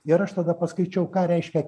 ir aš tada paskaičiau ką reiškia